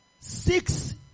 six